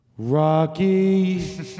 Rocky